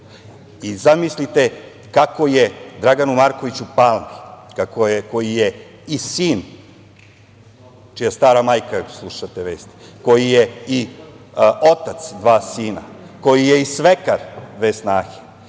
Zamislite kako je Draganu Markoviću Palmi, koji je i sin, čija stara majka sluša te vesti, koji je i otac dva sina, koji je i svekar dve snahe,